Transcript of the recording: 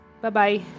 Bye-bye